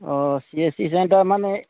অঁ C H C centre মানে